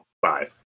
Five